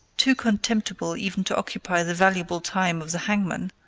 too contemptible even to occupy the valuable time of the hangman,